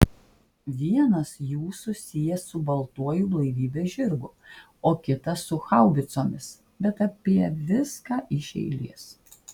vienas jų susijęs su baltuoju blaivybės žirgu o kitas su haubicomis bet apie viską iš eilės